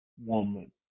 Woman